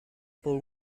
por